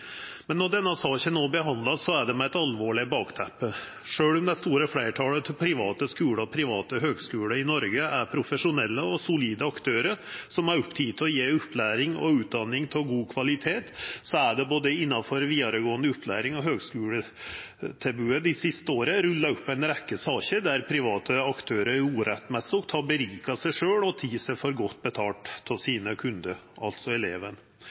Når denne saka no vert behandla, er det med eit alvorleg bakteppe. Sjølv om det store fleirtalet av private skular og private høgskular i Noreg er profesjonelle og solide aktørar, som er opptekne av å gje opplæring og utdanning av god kvalitet, er det innanfor både vidaregåande opplæring og høgskuletilbodet det siste året rulla opp ei rekkje saker der privat aktørar med urette har gjort seg sjølve rike og teke seg for godt betalt av kundane sine – altså